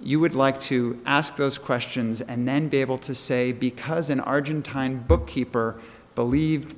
you would like to ask those questions and then be able to say because in arjen time bookkeeper believed